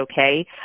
okay